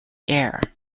air